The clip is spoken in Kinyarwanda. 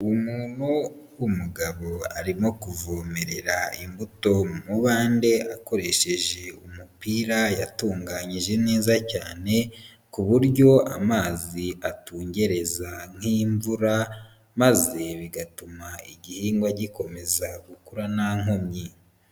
Umuntu w'umugabo arimo kuvomerera imbuto mu mubande akoresheje umupira yatunganyije neza cyane ku buryo amazi atungereza nk'imvura maze bigatuma igihingwa gikomeza gukura nta nkomyi.